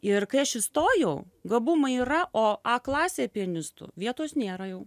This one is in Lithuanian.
ir kai aš įstojau gabumai yra o a klasėje pianistų vietos nėra jau